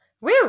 Woo